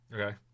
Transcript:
Okay